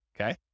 Okay